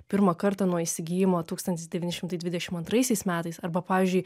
pirmą kartą nuo įsigijimo tūkstantis devyni šimtai dvidešimt antraisiais metais arba pavyzdžiui